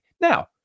Now